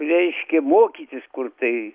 reiškia mokytis kur tai